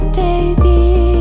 baby